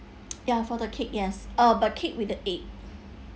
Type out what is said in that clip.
ya for the cake yes uh but cake with the egg